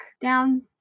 down